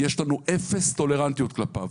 יש לנו אפס טולרנטיות כלפיו.